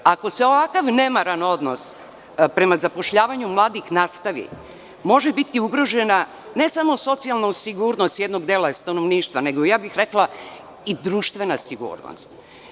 Ako se ovakav nemaran odnos prema zapošljavanju mladih nastavi, može biti ugrožena ne samo socijalna sigurnost jednog dela stanovništva, nego rekla bih, i društvena sigurnost.